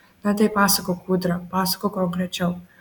na tai pasakok ūdra pasakok konkrečiau